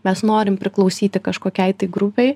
mes norim priklausyti kažkokiai grupei